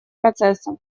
процесса